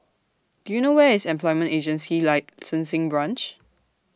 Do YOU know Where IS Employment Agency Licensing Branch